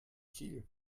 kiel